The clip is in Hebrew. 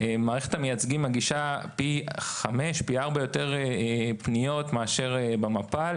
בסוף מערכת המייצגים מגישה פי 4 או 5 יותר פניות מאשר במפ"ל,